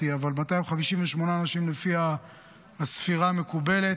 אבל 258 אנשים לפי הספירה המקובלת,